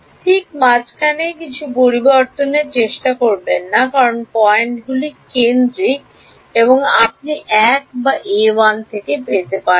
ঠিক মাঝখানে কিছু পরিবর্তনের চেষ্টা করবেন না কারণ পয়েন্টগুলি কেন্দ্রিকভাবে আপনি 1 বা a 1 পেতে পারেন